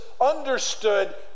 understood